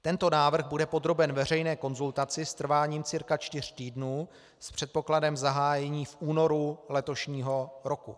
Tento návrh bude podroben veřejné konzultaci s trváním cca čtyř týdnů s předpokladem zahájení v únoru letošního roku.